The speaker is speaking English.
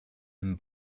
him